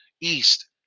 East